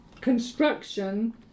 construction